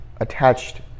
attached